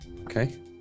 okay